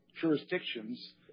jurisdictions